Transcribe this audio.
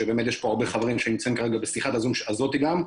יש פה הרבה חברים שנמצאים כרגע בשיחת הזום הזאת גם,